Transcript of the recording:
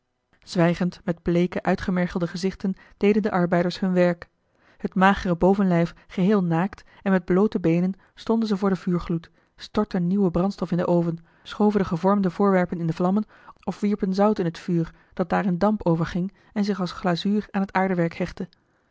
zwijgend met bleeke uitgemergelde gezichten deden de arbeiders hun werk het magere bovenlijf geheel naakt en met bloote beenen stonden ze voor den vuurgloed stortten nieuwe brandstof in den oven schoven de gevormde voorwerpen in de vlammen of wierpen zout in het vuur dat daar in damp overging en zich als glazuur aan het aardewerk hechtte